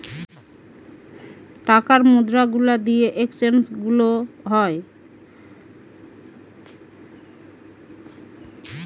টাকার মুদ্রা গুলা দিয়ে এক্সচেঞ্জ গুলো হয়